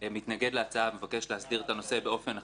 מתנגד להצעה, מבקש להסדיר את הנושא באופן אחר,